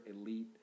elite